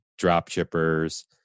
dropshippers